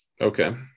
okay